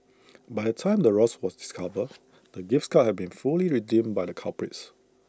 by the time the ruse was discovered the gift's cards had been fully redeemed by the culprits